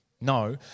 no